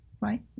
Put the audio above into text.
right